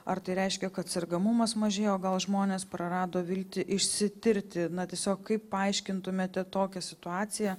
ar tai reiškia kad sergamumas mažėja o gal žmonės prarado viltį išsitirti na tiesiog kaip paaiškintumėte tokią situaciją